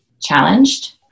challenged